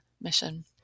mission